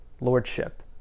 lordship